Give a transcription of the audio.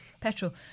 petrol